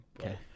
Okay